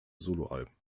soloalben